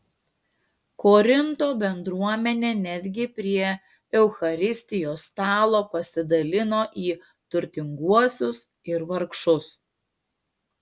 korinto bendruomenė netgi prie eucharistijos stalo pasidalino į turtinguosius ir vargšus